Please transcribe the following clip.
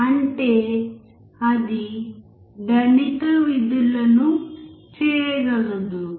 అంటే అది గణిత విధులను చేయగలదు